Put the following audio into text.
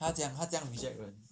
他讲他这样 reject 人